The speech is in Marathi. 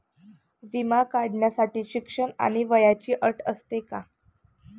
विमा काढण्यासाठी शिक्षण आणि वयाची अट असते का?